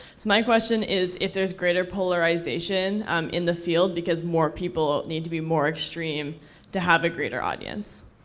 so my question is, if there's greater polarization um in the field because more people need to be more extreme to have a greater audience?